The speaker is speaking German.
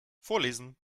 vorlesen